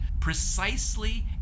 precisely